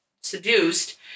seduced